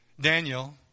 Daniel